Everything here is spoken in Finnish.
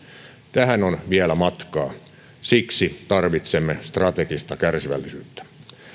tähän on vielä matkaa siksi tarvitsemme strategista kärsivällisyyttä